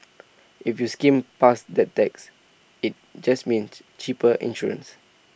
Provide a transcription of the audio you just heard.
if you skimmed past that text IT just meant cheaper insurance